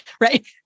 Right